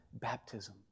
baptism